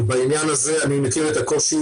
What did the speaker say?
בעניין הזה אני מכיר את הקושי,